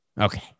Okay